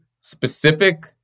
specific